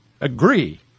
agree